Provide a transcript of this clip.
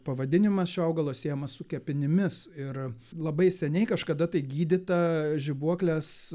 pavadinimas šio augalo siejamas su kepenimis ir labai seniai kažkada tai gydyta žibuoklės